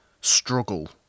struggle